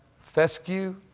fescue